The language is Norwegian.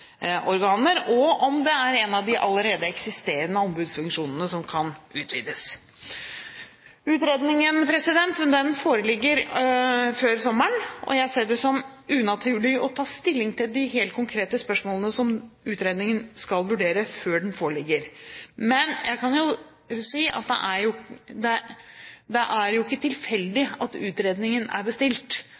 organer, og om det er en av de allerede eksisterende ombudsfunksjonene som kan utvides. Utredningen foreligger før sommeren. Jeg ser det som unaturlig å ta stilling til de helt konkrete spørsmålene som utredningen skal vurdere, før denne foreligger. Men jeg kan jo si at det er ikke tilfeldig at utredningen er bestilt, og at vi nettopp ønsker bedre svar på de spørsmålene som vi etterlyser. Jeg synes det er